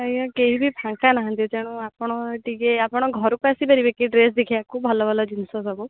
ଆଜ୍ଞା କେହି ବି ଫାଙ୍କା ନାହାନ୍ତି ତେଣୁ ଆପଣ ଟିକେ ଆପଣ ଘରକୁ ଆସିପାରିବେ କି ଡ୍ରେସ୍ ଦେଖିବାକୁ ଭଲ ଭଲ ଜିନିଷ ସବୁ